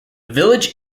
village